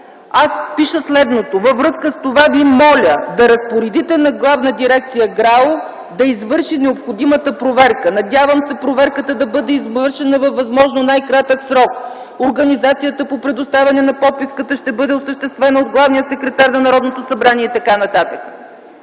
аз пиша следното: „Във връзка с това Ви моля да разпоредите на Главна дирекция ГРАО да извърши необходимата проверка. Надявам се проверката да бъде извършена във възможно най-кратък срок. Организацията по предоставяне на подписката ще бъде осъществена от главния секретар на Народното събрание” и т.н.